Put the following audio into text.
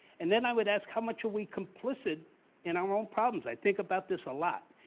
and then i would ask how much are we complicit in our own problems? i think about this a lot,